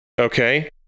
Okay